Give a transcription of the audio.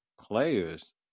players